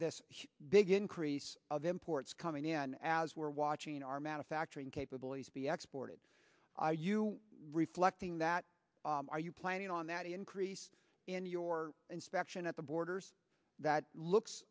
this big increase of imports coming in as we're watching our manufacturing capabilities be exported are you reflecting that are you planning on that increase in your inspection at the borders that looks